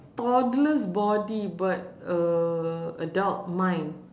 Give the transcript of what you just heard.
toddlers body but uh adult mind